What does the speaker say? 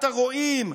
הכאת הרועים,